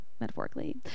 metaphorically